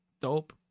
dope